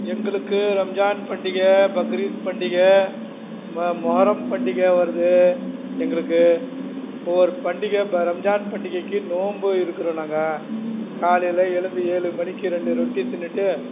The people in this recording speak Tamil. எங்களுக்கு ரம்ஜான் பண்டிகை பக்ரீத் பண்டிகை மொ மொகரம் பண்டிக வருது எங்களுக்கு ஒவ்வொரு பண்டிகை இப்போ ரம்ஜான் பண்டிகைக்கு நோம்பு இருக்கிறோம் நாங்கள் காலையில் எழுந்து ஏழு மணிக்கு ரெண்டு ரொட்டி திண்ணுவிட்டு